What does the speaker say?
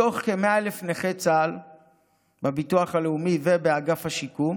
מתוך כ-100,000 נכי צה"ל בביטוח הלאומי ובאגף השיקום